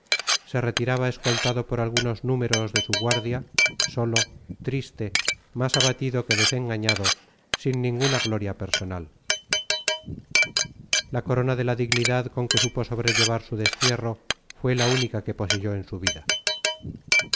se retiraba escoltado por algunos números de su guardia solo triste más abatido que desengañado sin ninguna gloria personal la corona de la dignidad con que supo sobrellevar su destierro fue la única que poseyó en su vida